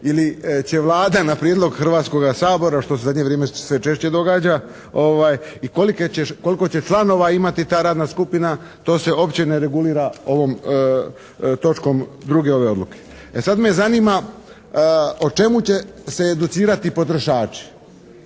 ili će Vlada na prijedlog Hrvatskoga sabora što se u zadnje vrijeme sve češće događa i koliko će članova imati ta radna skupina, to se uopće ne regulira ovom točkom 2. ove odluke. E sada me zanima o čemu će se educirati potrošači.